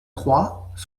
croix